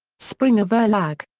springer-verlag.